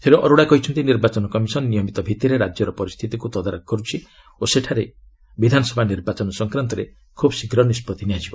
ଶ୍ରୀ ଅରୋଡ଼ା କହିଛନ୍ତି ନିର୍ବାଚନ କମିଶନ୍ ନିୟମିତ ଭିଭିରେ ରାଜ୍ୟର ପରିସ୍ଥିତିକ୍ ତଦାରଖ କର୍ତ୍ଥି ଓ ସେଠାରେ ବିଧାନସଭା ନିର୍ବାଚନ ସଂକ୍ରାନ୍ତରେ ଖିବ୍ ଶୀଘ୍ର ନିଷ୍ପଭ୍ତି ନିଆଯିବ